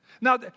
Now